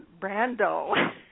Brando